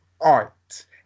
art